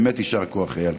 באמת יישר כוח, איל.